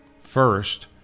First